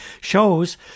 shows